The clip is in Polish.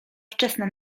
wczesna